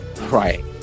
Right